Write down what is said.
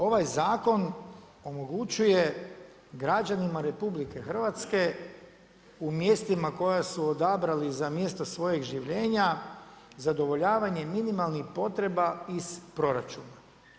Ovaj zakon omogućuje građanima RH u mjestima koja su odabrali za mjesto svojeg življenja zadovoljavanje minimalnih potreba iz proračuna.